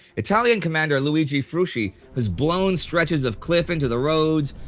italian commander luigi frusci has blown stretches of cliff into the roads,